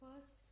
first